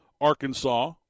Arkansas